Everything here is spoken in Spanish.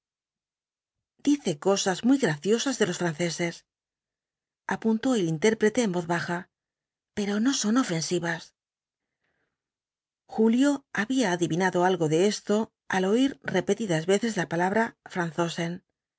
dice cosas muy graciosas de los franceses apuntó el intérprete en voz baja pero no son ofensivas julio habla adivinado algo de esto al oir repetidas veces la palabra